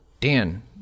Dan